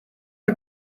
are